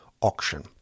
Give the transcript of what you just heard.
auction